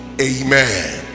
Amen